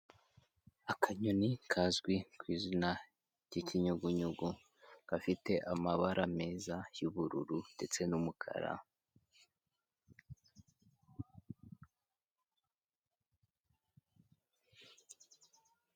Akanyoni kazwi ku izina ry'ikinyugunyugu, gafite amabara meza y'ubururu ndetse n'umukara.